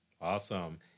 Awesome